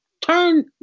turn